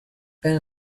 and